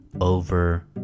over